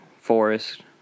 forest